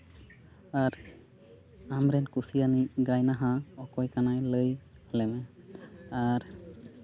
ᱟᱨ ᱟᱢᱨᱮᱱ ᱠᱩᱥᱤᱭᱟᱱᱤᱡ ᱜᱟᱭᱱᱟᱦᱟᱨ ᱚᱠᱚᱭ ᱠᱟᱱᱟᱭ ᱞᱟᱹᱭ ᱞᱮᱢ ᱟᱨ